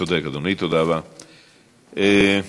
צודק, אדוני.